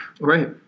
Right